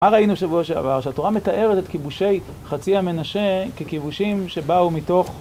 מה ראינו שבוע שעבר? שהתורה מתארת את כיבושי חצי המנשה ככיבושים שבאו מתוך...